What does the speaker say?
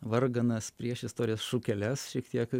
varganas priešistorės šukeles šiek tiek